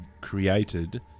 created